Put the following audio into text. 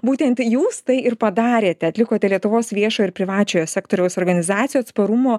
būtent jūs tai ir padarėte atlikote lietuvos viešo ir privačiojo sektoriaus organizacijų atsparumo